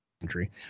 country